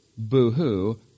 Boo-hoo